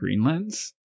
greenlands